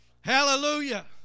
hallelujah